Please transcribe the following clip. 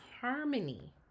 harmony